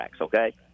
okay